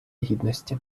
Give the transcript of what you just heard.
гідності